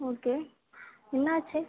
okay என்னாச்சு